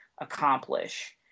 accomplish